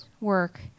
Work